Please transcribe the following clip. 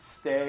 stay